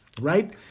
right